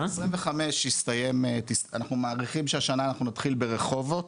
25 אנחנו מעריכים שהשנה אנחנו נתחיל ברחובות,